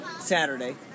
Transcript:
Saturday